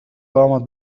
قامت